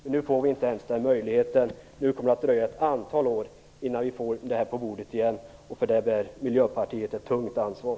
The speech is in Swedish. Men nu får vi inte ens den möjligheten. Det kommer att dröja ett antal år innan vi igen får ett förslag på bordet. För detta bär Miljöpartiet ett tungt ansvar.